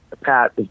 Pat